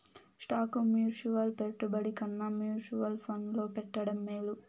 stock mutual పెట్టుబడి కన్నా mutual ఫండ్లో పెట్టడం మేలు